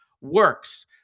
works